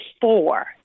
four